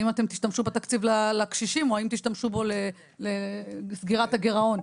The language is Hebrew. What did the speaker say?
האם אתם תשתמשו בתקציב לקשישים או האם תשתמשו בו לסגירת הגירעון?